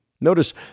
Notice